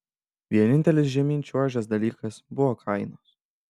vienintelis žemyn čiuožęs dalykas buvo kainos